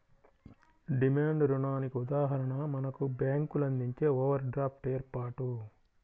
demand రుణానికి ఉదాహరణ మనకు బ్యేంకులు అందించే ఓవర్ డ్రాఫ్ట్ ఏర్పాటు